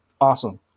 awesome